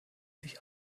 sich